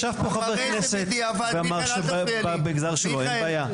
ישב פה חבר כנסת ואמר שבמגזר שלו אין בעיה.